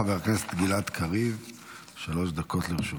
חבר הכנסת גלעד קריב, שלוש דקות לרשותך.